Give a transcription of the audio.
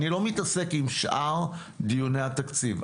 אני לא מתעסק עם שאר דיוני התקציב,